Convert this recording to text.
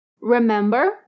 Remember